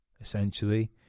essentially